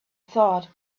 thought